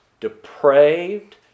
depraved